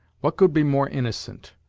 what could be more innocent?